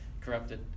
corrupted